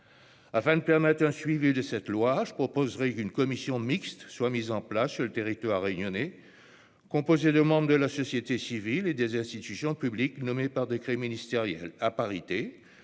Afin de permettre un suivi de cette loi, je proposerai qu'une commission mixte soit mise en place sur le territoire réunionnais, composée à parité de membres de la société civile et des institutions publiques nommés par décret ministériel, afin